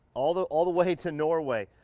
all the all the way to norway.